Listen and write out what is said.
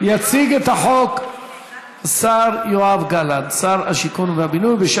יציג את החוק שר השיכון והבינוי יואב גלנט,